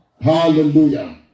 Hallelujah